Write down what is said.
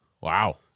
Wow